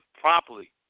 properly